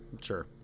Sure